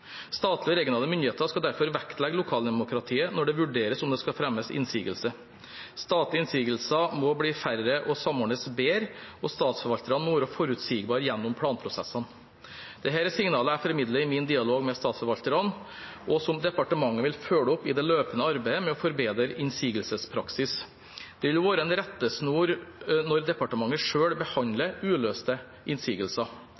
Statlige og regionale myndigheter skal derfor vektlegge lokaldemokratiet når det vurderes om det skal fremmes innsigelse. Statlige innsigelser må bli færre og samordnes bedre, og statsforvalterne må være forutsigbare gjennom planprosessene. Dette er signaler jeg formidler i min dialog med statsforvalterne, og som departementet vil følge opp i det løpende arbeidet med å forbedre innsigelsespraksis. Dette vil også være en rettesnor når departementet